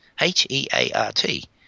H-E-A-R-T